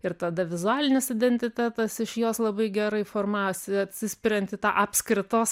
ir tada vizualinis identitetas iš jos labai gerai formavosi atsispiriant į tą apskritos